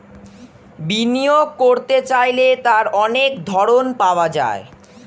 বিনিয়োগ করতে চাইলে তার অনেক ধরন পাওয়া যায়